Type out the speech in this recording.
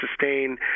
sustain